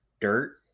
dirt